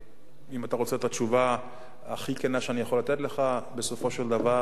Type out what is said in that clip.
אם אתה רוצה את התשובה הכי כנה שאני יכול לתת לך בסופו של דבר,